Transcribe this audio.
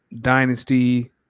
dynasty